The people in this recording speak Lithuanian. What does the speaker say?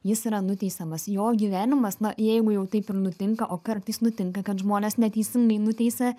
jis yra nuteisiamas jo gyvenimas na jeigu jau taip ir nutinka o kartais nutinka kad žmones neteisingai nuteisia